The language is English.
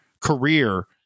career